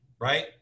right